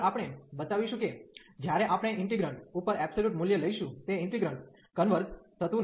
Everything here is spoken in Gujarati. અને આગળ આપણે બતાવીશું કે જ્યારે આપણે ઇન્ટિગન્ટ integrant ઉપર એબ્સોલ્યુટ મૂલ્ય લઈશું તે ઇન્ટિગન્ટintegrantકન્વર્ઝ converge થતું નથી